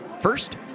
First